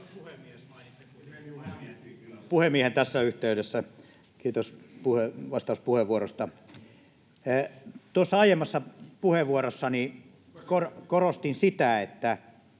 puhemiehen tässä yhteydessä — kiitos vastauspuheenvuorosta! Tuossa aiemmassa puheenvuorossani korostin sitä, että